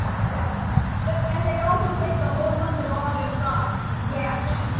yeah but, and they also take the whole month of august off, yeah, yeah